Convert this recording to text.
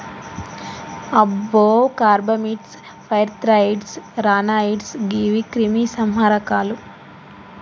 అబ్బో carbamates, pyrethroids, ryanoids గీవి క్రిమి సంహారకాలు